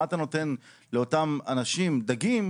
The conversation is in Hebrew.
מה אתה נותן לאותם אנשים דגים?